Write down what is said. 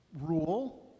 Rule